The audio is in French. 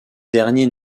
dernier